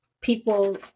people